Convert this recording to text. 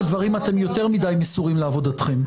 דברים אתם יותר מדי מסורים לעבודתכם.